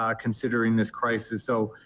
um considering this crisis, so,